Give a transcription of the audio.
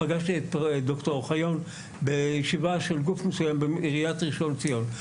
פגשתי את ד"ר אוחיון בישיבה של גוף מסוים בעיריית ראשון לציון.